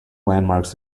landmarks